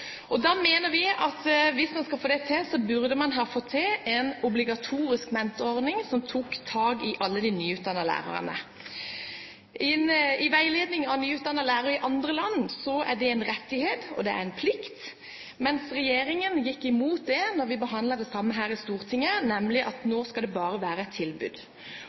Da mener vi at hvis man skal få det til, burde man ha fått til en obligatorisk mentorordning som tok tak i alle de nyutdannede lærerne. I veiledning av nyutdannede lærere i andre land er det en rettighet, og det er en plikt, mens regjeringen gikk imot det da vi behandlet det samme her i Stortinget; nå skal det bare være et tilbud.